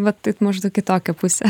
vat taip maždaug į tokią pusę